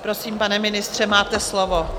Prosím, pane ministře, máte slovo.